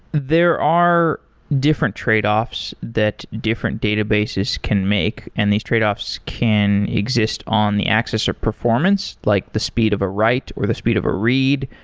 there are different tradeoffs that different databases can make, and these tradeoffs can exist on the axis of performance, like the speed of a write or the speed of a read,